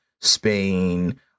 spain